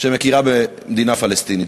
שמכירה במדינה פלסטינית.